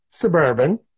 Suburban